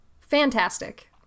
fantastic